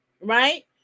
right